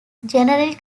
generally